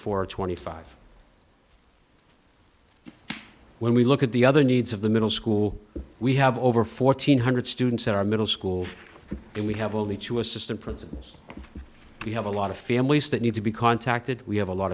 four twenty five when we look at the other needs of the middle school we have over fourteen hundred students at our middle school and we have only two assistant principals we have a lot of families that need to be contacted we have a lot